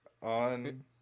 On